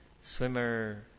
Swimmer